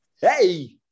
Hey